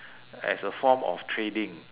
as a form of trading